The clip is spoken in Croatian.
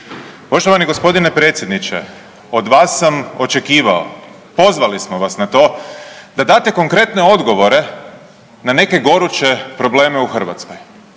Poštovani g. predsjedniče od vas sam očekivao, pozvali smo vas na to, da date konkretne odgovore na neke goruće probleme u Hrvatskoj,